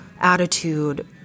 attitude